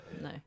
no